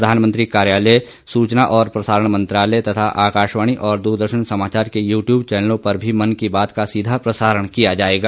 प्रधानमंत्री कार्यालय सूचना और प्रसारण मंत्रालय तथा आकाशवाणी और द्रदर्शन समाचार के यू ट्यूब चैनलों पर भी मन की बात का सीधा प्रसारण किया जाएगा